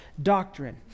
Doctrine